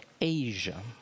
Asia